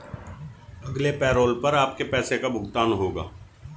अगले पैरोल पर आपके पैसे का भुगतान होगा